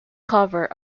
cover